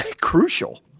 crucial